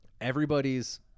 Everybody's